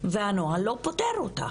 והנוהל לא פותר אותה.